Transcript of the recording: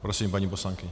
Prosím, paní poslankyně.